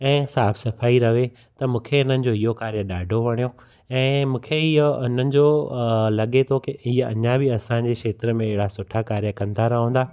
ऐं साफ़ु सफ़ाईअ रहे त मूंखे इन्हनि जो इहो कार्य ॾाढियो वणियो ऐं मूंखे इहो इन्हनि जो लॻे थो की ईअं अञा बि असांजे क्षेत्र में अहिड़ा सुठा कार्य कंदा रहंदा